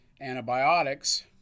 antibiotics